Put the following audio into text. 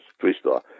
three-star